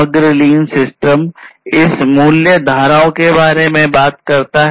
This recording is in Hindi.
समग्र लीन मूल रूप से बात करता है